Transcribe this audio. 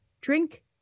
drink